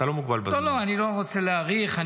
לא, אני לא רוצה להאריך.